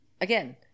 again